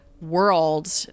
world